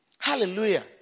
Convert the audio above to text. Hallelujah